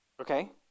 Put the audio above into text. Okay